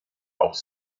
auch